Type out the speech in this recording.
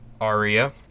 Aria